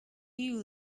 you